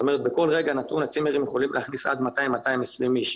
בכל רגע נתון הצימרים יכולים להכניס עד 220-200 אנשים.